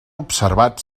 observat